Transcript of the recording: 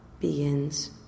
begins